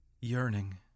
yearning